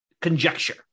conjecture